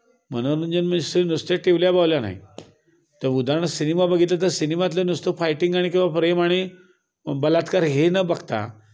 मनोरंजन म्हणजे मिस नुसत्या टिवल्या बावल्या नाही तर उदाहरण सिनेमा बघितलं तर सिनेमातलं नुसतं फायटिंग आणि किंवा प्रेम आणि बलात्कार हे न बघता